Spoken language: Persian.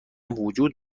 وجود